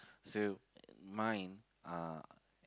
so mine uh